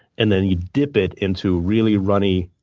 and then, you dip it into really runny,